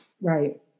Right